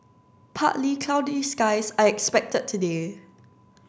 partly cloudy skies are expected today